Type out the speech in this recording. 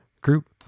group